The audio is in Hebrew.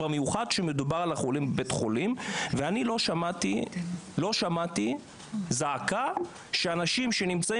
במיוחד כשמדובר על חולים בבית חולים ואני לא שמעתי זעקה שאנשים שנמצאים